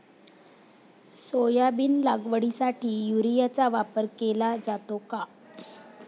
Soybean लागवडीसाठी युरियाचा वापर केला जातो का?